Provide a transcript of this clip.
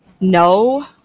No